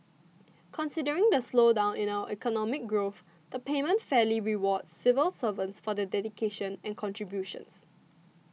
considering the slowdown in our economic growth the payment fairly rewards civil servants for their dedication and contributions